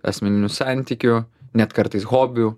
asmeninių santykių net kartais hobių